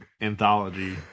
anthology